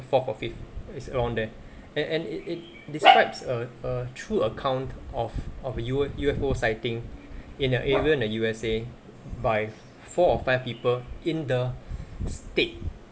fourth or fifth it's around there and and it it describes a a true account of of U U_F_O sighting in an area in the U_S_A by four or five people in the state